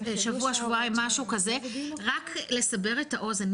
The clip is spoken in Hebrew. רק לסבר את האוזן,